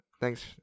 Thanks